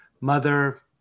mother